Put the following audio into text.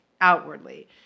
outwardly